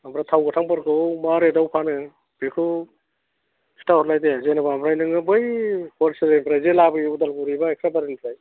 ओमफ्राय थाव गोथांफोरखौ मा रेटआव फानो बेखौ खिथाहरलाय दे जेनेबा ओमफ्राय नों बै हलसेलनिफ्रायजे लाबोयो उदालगुरि बा